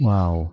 Wow